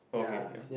okay ya